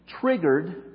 triggered